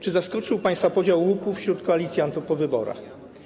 Czy zaskoczył państwa podział łupów wśród koalicjantów po wyborach?